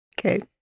Okay